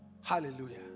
Hallelujah